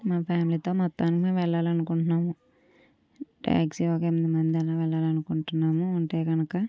నా ఫ్యామిలీతో మొత్తానికి వెళ్లాలి అనుకుంటున్నాము టాక్సీలో ఒక ఎనిమిది మందిమి వెళ్లాలి అనుకుంటున్నాను ఉంటే కనుక